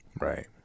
Right